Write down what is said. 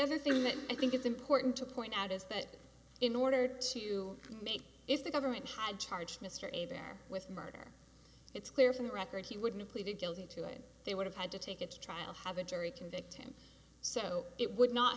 other thing that i think is important to point out is that in order to make if the government had charged mr a there with murder it's clear from the record he wouldn't pleaded guilty to it they would have had to take it to trial have a jury convict him so it would not